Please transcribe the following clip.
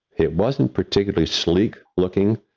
it wasn't particularly sleek looking,